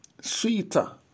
sweeter